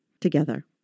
together